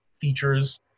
features